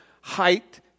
height